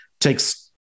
takes